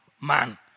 man